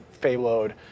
payload